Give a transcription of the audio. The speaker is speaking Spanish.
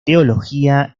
teología